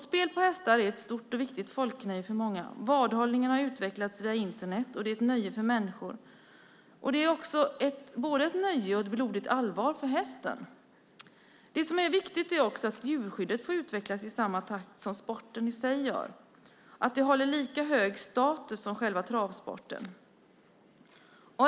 Spel på hästar är ett stort och viktigt folknöje för många. Vadhållningen har utvecklat sig via Internet, och det är ett nöje för människor. Det är både ett nöje och ett blodigt allvar för hästen. Det som är viktigt är att också djurskyddet utvecklas i samma takt som sporten i sig och att det håller lika hög status som själva travsporten.